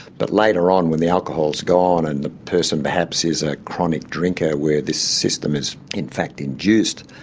but later on when the alcohol is gone and the person perhaps is a chronic drinker where this system is in fact induced,